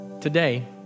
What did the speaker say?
Today